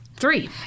Three